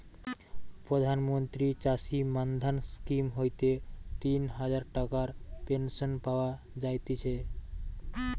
প্রধান মন্ত্রী চাষী মান্ধান স্কিম হইতে তিন হাজার টাকার পেনশন পাওয়া যায়তিছে